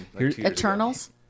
Eternals